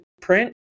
print